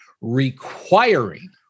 requiring